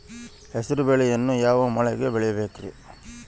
ಹೆಸರುಬೇಳೆಯನ್ನು ಯಾವ ಮಳೆಗೆ ಬೆಳಿಬೇಕ್ರಿ?